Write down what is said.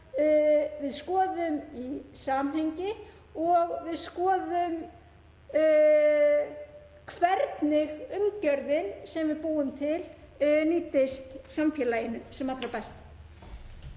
við skoðum í samhengi og að við skoðum hvernig umgjörðin sem við búum til nýtist samfélaginu sem allra best.